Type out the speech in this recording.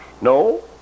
No